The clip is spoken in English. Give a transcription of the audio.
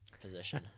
position